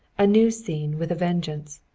a new scene with a vengeance,